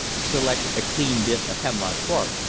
selected a clean bit of hemlock bark,